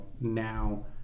now